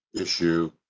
issue